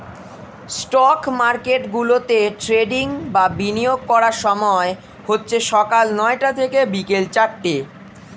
stock মার্কেটগুলোতে trading বা বিনিয়োগ করার সময় হচ্ছে সকাল নয়টা থেকে বিকেল চারটে